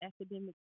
academic